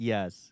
Yes